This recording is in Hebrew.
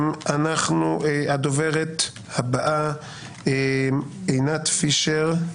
הדוברת הבאה עינת פישר,